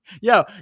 yo